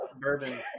bourbon